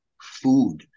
food